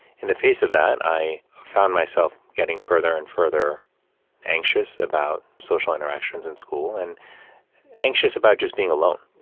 in the face of that, i found myself getting further and further anxious about social interactions in school and anxious about just being alone,